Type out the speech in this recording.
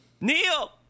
Neil